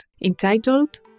entitled